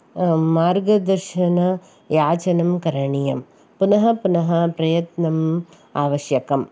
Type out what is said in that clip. मार्गदर्शनयाचनं करणीयं पुनः पुनः प्रयत्नम् आवश्यकम्